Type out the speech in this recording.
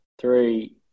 three